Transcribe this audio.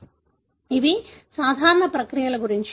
ఇవి సాధారణ ప్రక్రియల గురించి